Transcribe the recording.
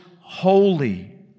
holy